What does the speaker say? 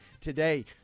today